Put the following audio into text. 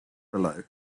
below